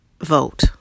vote